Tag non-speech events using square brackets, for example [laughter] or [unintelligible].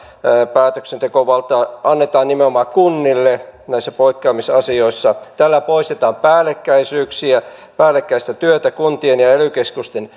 päätöksentekovalta annetaan nimenomaan kunnille näissä poikkeamisasioissa tällä poistetaan päällekkäisyyksiä päällekkäistä työtä kuntien ja ely keskusten [unintelligible]